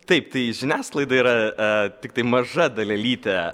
taip tai žiniasklaida yra tiktai maža dalelytė